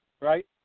right